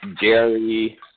Jerry